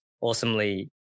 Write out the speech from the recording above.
awesomely